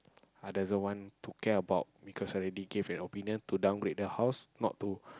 i doesn't want to care about because I already gave an opinion to downgrade the house not to